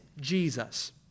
Jesus